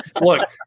Look